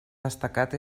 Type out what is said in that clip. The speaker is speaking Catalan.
destacat